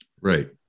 right